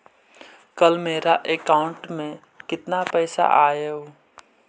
कल मेरा अकाउंटस में कितना पैसा आया ऊ?